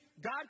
God